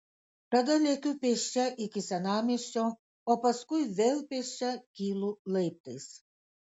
tada lekiu pėsčia iki senamiesčio o paskui vėl pėsčia kylu laiptais